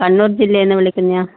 കണ്ണൂർ ജില്ലയിൽ നിന്ന് വിളിക്കുന്നതാണ്